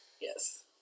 Yes